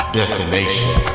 destination